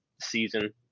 season